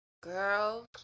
Girl